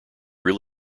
real